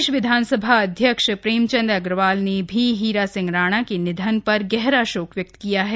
प्रदेश विधानसभा अध्यक्ष प्रेमचंद अग्रवाल ने भी हीरा सिंह राणा के निधन पर गहरा शोक व्यक्त किया है